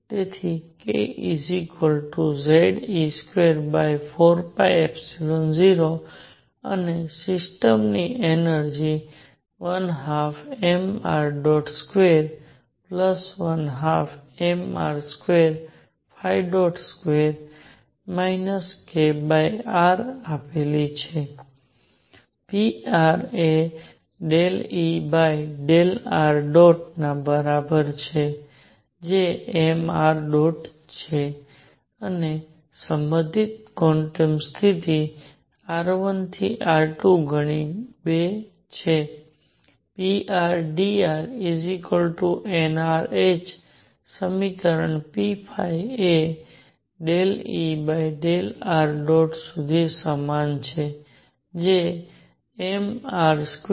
તેથી kZe240 અને સિસ્ટમની એનર્જિ 12mr212mr22 kr આપેલી છે pr એ ∂Er ના બરાબર છે જે mṙ છે અને સંબંધિત ક્વોન્ટમ સ્થિતિ r1 થી r2 ગણી 2 prdrnrh સમીકરણ p એ ∂Er સુધી સમાન છે જે mr2r છે